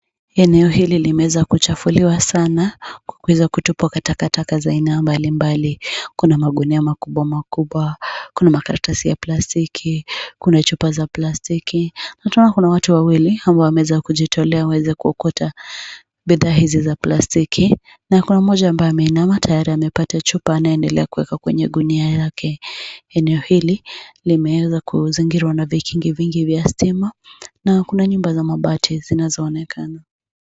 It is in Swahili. Eneo hili limeweza kuchafuliwa sana; kuweza kutupwa kwa takataka za aina mbalimbali. Kuna magunia makubwa makubwa, kuna makaratasi ya plastiki, kuna chupa za plastiki. Na tunaona kuna watu wawili wameweza kujitolea waweze kuokota bidhaa hizi za plastiki na kuna mmoja ambaye ameinama tayari amepata chupa, anaendelea kuweka kwenye gunia lake. Eneo hili limeweza kuzingirwa na vikingi vingi vya stima na kuna nyumba za mabati zinazoonekana.